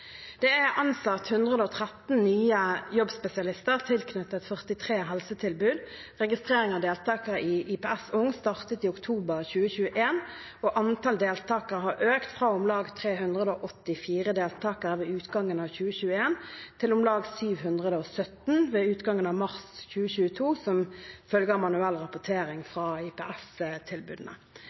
Det er ansatt 113 nye jobbspesialister tilknyttet 43 helsetilbud. Registrering av deltakere i IPS Ung startet i oktober 2021, og antall deltakere har økt fra om lag 384 deltakere ved utgangen av 2021 til om lag 717 ved utgangen av mars 2022, ifølge manuell rapportering fra